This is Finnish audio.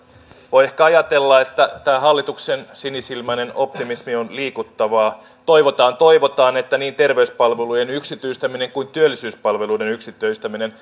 voi ehkä ajatella että tämä hallituksen sinisilmäinen optimismi on liikuttavaa toivotaan toivotaan että niin terveyspalvelujen yksityistäminen kuin työllisyyspalveluiden yksityistäminen